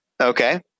okay